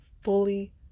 fully